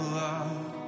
love